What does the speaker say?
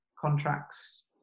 contracts